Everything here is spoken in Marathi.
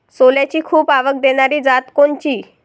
सोल्याची खूप आवक देनारी जात कोनची?